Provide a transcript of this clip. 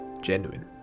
genuine